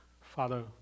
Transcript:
Father